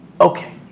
Okay